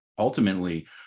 ultimately